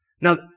Now